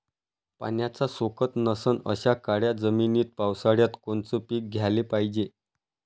पाण्याचा सोकत नसन अशा काळ्या जमिनीत पावसाळ्यात कोनचं पीक घ्याले पायजे?